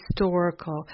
historical